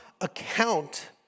account